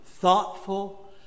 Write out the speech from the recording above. thoughtful